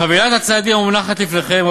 חבילת הצעדים המונחת לפניכם,